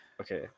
okay